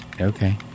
Okay